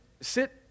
sit